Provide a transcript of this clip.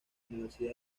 universidad